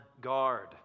guard